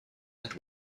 and